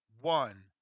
one